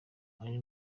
ari